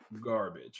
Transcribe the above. garbage